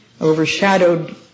overshadowed